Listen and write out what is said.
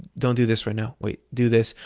don't do this right now, wait, do this,